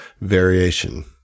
variation